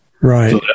Right